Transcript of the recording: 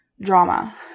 drama